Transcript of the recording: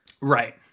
right